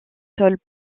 sols